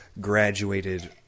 graduated